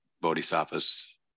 bodhisattvas